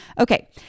Okay